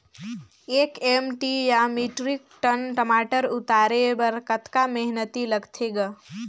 एक एम.टी या metric ton टमाटर उतारे बर कतका मेहनती लगथे ग?